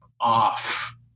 off